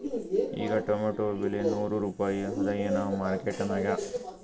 ಈಗಾ ಟೊಮೇಟೊ ಬೆಲೆ ನೂರು ರೂಪಾಯಿ ಅದಾಯೇನ ಮಾರಕೆಟನ್ಯಾಗ?